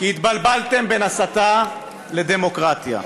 כי התבלבלתם בין הסתה לדמוקרטיה,